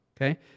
Okay